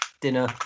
dinner